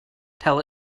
tell